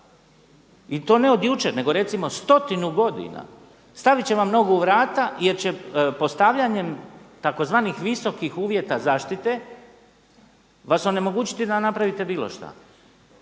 i to ne od jučer nego recimo stotinu godina, stavit će vam nova vrata jer će postavljanjem tzv. visokih uvjeta zaštite vas onemogućiti da napravite bilo šta.